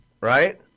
right